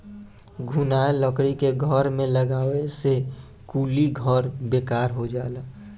घुनाएल लकड़ी के घर में लगावे से कुली घर बेकार हो जाला